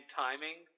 timing